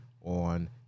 on